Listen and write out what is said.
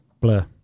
Blur